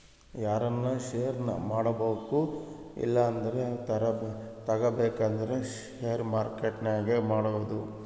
ಯಾರನ ಷೇರ್ನ ಮಾರ್ಬಕು ಇಲ್ಲಂದ್ರ ತಗಬೇಕಂದ್ರ ಷೇರು ಮಾರ್ಕೆಟ್ನಾಗ ಮಾಡ್ಬೋದು